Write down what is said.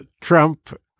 Trump